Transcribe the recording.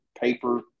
paper